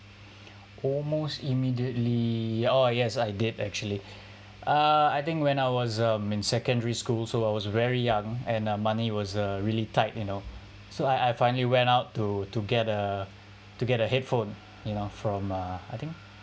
almost immediately oh yes I did actually uh I think when I was um in secondary school so I was very young and uh money was uh really tight you know so I I finally went out to to get a to get a headphone you know from uh I think